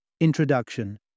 Introduction